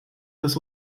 des